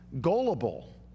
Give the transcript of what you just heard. gullible